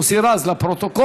מוסי רז, לפרוטוקול.